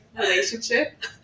relationship